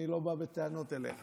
אני לא בא בטענות אליך,